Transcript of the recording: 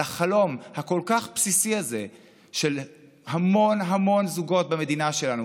על החלום הכל-כך בסיסי הזה של המון המון זוגות במדינה שלנו,